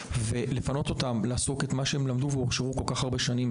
כדי שיוכלו להתפנות לעשות את מה שהם למדו כל כך הרבה שנים